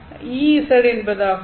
will Ez என்பதாகும்